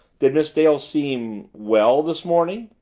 did miss dale seem well this morning?